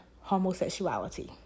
homosexuality